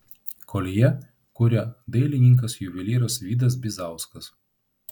koljė kuria dailininkas juvelyras vidas bizauskas